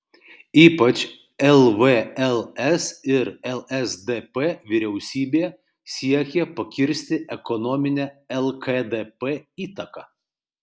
ypač lvls ir lsdp vyriausybė siekė pakirsti ekonominę lkdp įtaką